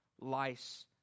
lice